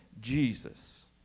Jesus